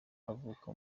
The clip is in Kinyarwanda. avuka